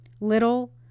little